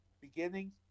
beginning